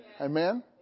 Amen